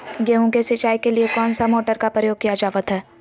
गेहूं के सिंचाई के लिए कौन सा मोटर का प्रयोग किया जावत है?